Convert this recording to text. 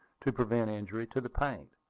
to prevent injury to the paint.